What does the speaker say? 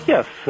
Yes